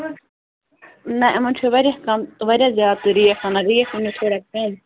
نہ یِمن چھُ واریاہ کم تہٕ وریاہ زیادٕ تُہۍ ریٖٹھ ونان ریٖٹھ ونِو تھوڑا کم